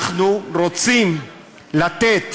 אנחנו רוצים לתת